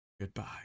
goodbye